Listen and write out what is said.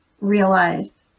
realize